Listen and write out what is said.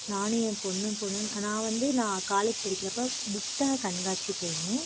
நானும் என் பொண்ணும் போனோம் நான் வந்து நான் காலேஜ் படிக்கிறப்போ புத்தகம் கண்காட்சி போயிருந்தேன்